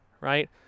right